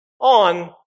on